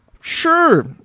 Sure